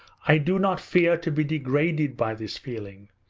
i do not fear to be degraded by this feeling,